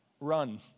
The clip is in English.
run